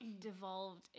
devolved